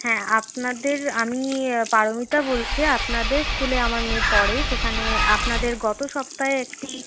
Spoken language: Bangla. হ্যাঁ আপনাদের আমি পারমিতা বলছি আপনাদের স্কুলে আমার মেয়ে পড়ে সেখানে আপনাদের গত সপ্তাহে একটি